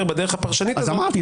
בדרך הפרשנית הזאת --- אז אמרתי,